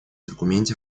документе